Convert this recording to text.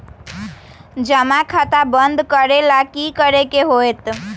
जमा खाता बंद करे ला की करे के होएत?